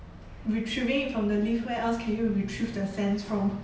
retrieving it from the leaves where else can you retrieve the fence from